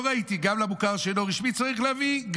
לא ראיתי, גם למוכר שאינו רשמי צריך להביא?